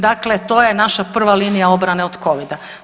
Dakle, to je naša prva linija obrane od covida.